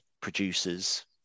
producers